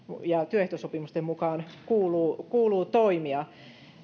ja työehtosopimusten mukaan kuuluu kuuluu toimia